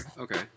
okay